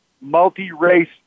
multi-race